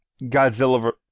Godzilla